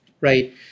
right